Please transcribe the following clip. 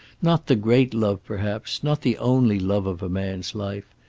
not the great love, perhaps, not the only love of a man's life.